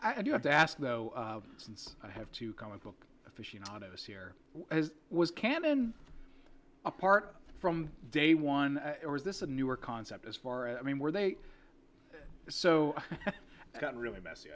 i do have to ask though since i have to comic book aficionados here was canon apart from day one or is this a newer concept as far as i mean were they so i got really messy